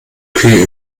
kühe